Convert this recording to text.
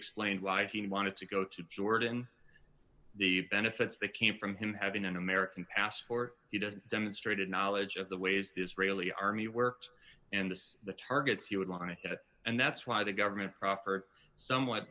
explained why he wanted to go to jordan the benefits that came from him having an american passport he doesn't demonstrated knowledge of the ways the israeli army works and this the targets he would want to hit and that's why the government proffer somewhat